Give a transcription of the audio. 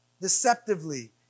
deceptively